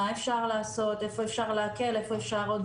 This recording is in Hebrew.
מה אפשר לעשות, איפה אפשר להקל, איפה אפשר עוד